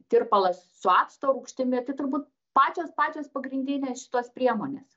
tirpalas su acto rūgštimi tai turbūt pačios pačios pagrindinės šitos priemonės